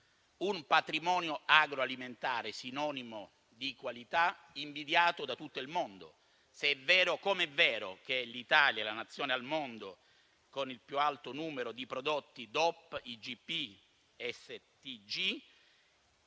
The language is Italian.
un patrimonio agroalimentare sinonimo di qualità, invidiato da tutto il mondo. Se è vero, come è vero, che l'Italia è la Nazione al mondo con il più alto numero di prodotti DOP, IGP e STG,